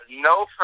No